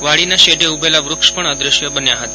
વાડીના શેઢે ઉભેલા વૃક્ષ પણ અદશ્ય બન્યા હતા